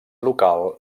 local